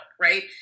right